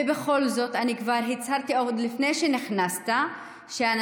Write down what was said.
ובכל זאת אני כבר הצהרתי עוד לפני שנכנסת שאנחנו